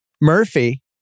Murphy